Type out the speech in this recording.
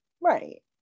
right